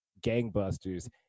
gangbusters